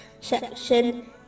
section